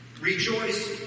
Rejoice